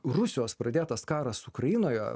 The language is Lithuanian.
rusijos pradėtas karas ukrainoje